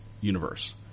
universe